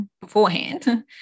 beforehand